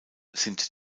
sind